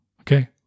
Okay